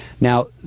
now